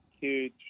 huge